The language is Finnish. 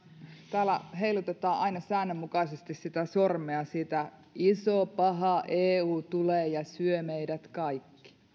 täällä heilutetaan aina säännönmukaisesti sitä sormea miten iso paha eu tulee ja syö meidät kaikki